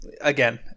again